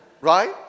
Right